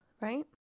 Right